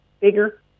bigger